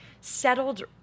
settled